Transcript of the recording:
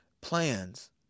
plans